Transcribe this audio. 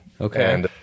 Okay